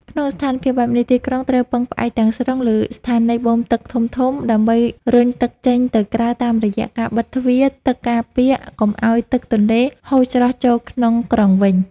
ក្នុងស្ថានភាពបែបនេះ ទីក្រុងត្រូវពឹងផ្អែកទាំងស្រុងលើស្ថានីយបូមទឹកធំៗ ដើម្បីរុញទឹកចេញទៅក្រៅតាមរយៈការបិទទ្វារទឹកការពារកុំឱ្យទឹកទន្លេហូរច្រោះចូលក្នុងក្រុងវិញ។